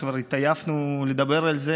שכבר התעייפנו לדבר עליו,